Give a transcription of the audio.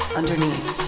underneath